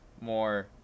more